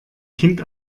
kind